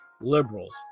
liberals